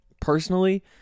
Personally